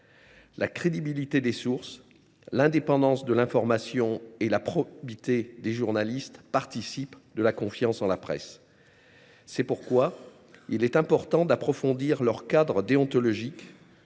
La crédibilité des sources, l’indépendance de l’information et la probité des journalistes contribuent à entretenir la confiance dans la presse. C’est pourquoi il est important d’approfondir leur cadre déontologique.